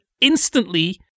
instantly